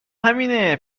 همینه